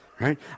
Right